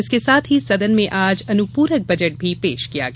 इसके साथ ही सदन में आज अनुपूरक बजट भी पेश किया गया